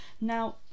now